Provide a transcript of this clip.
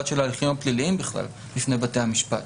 של ההליכים הפליליים בפני בתי המשפט.